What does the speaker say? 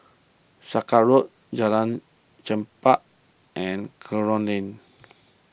Sakra Road Jalan Chempah and Kerong Lane